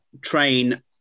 train